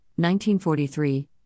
1943